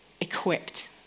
equipped